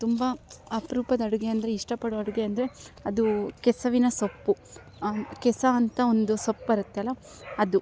ತುಂಬ ಅಪರೂಪದಡುಗೆ ಅಂದರೆ ಇಷ್ಟಪಡೋ ಅಡುಗೆ ಅಂದರೆ ಅದು ಕೆಸವಿನ ಸೊಪ್ಪು ಕೆಸ ಅಂತ ಒಂದು ಸೊಪ್ಪು ಬರುತ್ತೆ ಅಲ್ಲ ಅದು